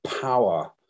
power